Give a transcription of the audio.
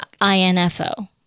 I-N-F-O